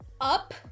up